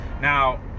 Now